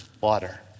water